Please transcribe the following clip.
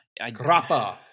Grappa